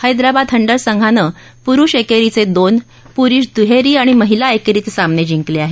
Hyderabad hunters संघानं पुरुष एकेरीचे दोन पुरुष दुहेरी आणि महिला एकेरीचे सामने जिंकले आहेत